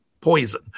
poison